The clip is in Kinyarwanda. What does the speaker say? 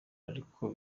ariko